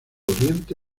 oriente